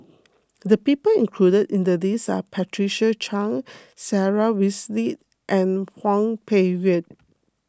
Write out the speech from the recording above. the people included in the list are Patricia Chan Sarah Winstedt and Hwang Peng Yuan